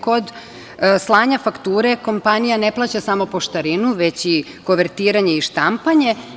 Kod slanja fakture kompanija ne plaća samo poštarinu, veći i kovertiranje i štampanje.